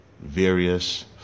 various